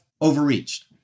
overreached